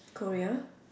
Korea